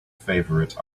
favorite